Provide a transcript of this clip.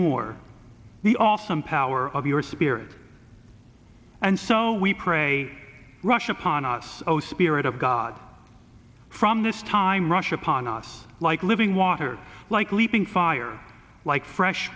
the awesome power of your spirit and so we pray rush upon us oh spirit of god from this time rush upon us like living water like leaping fire like fresh